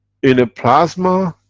in a plasma,